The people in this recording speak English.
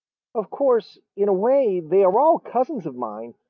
of course, in a way they are all cousins of mine,